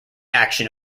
action